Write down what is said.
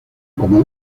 como